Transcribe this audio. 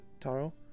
Taro